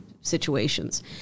situations